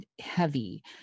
heavy